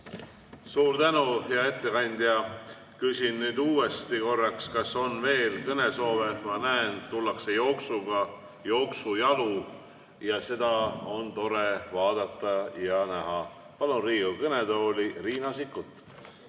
Suur tänu, hea ettekandja! Küsin nüüd uuesti korraks, kas on veel kõnesoove. Ma näen, et tullakse jooksuga, jooksujalu ja seda on tore vaadata ja näha. Palun Riigikogu kõnetooli Riina Sikkuti.